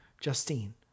Justine